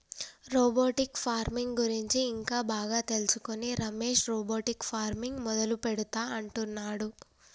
robotic farming గురించి ఇంకా బాగా తెలుసుకొని రమేష్ రోబోటిక్ ఫార్మింగ్ మొదలు పెడుతా అంటున్నాడు